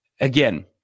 again